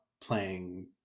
playing